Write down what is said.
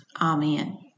Amen